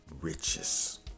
riches